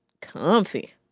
comfy